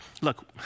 Look